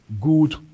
good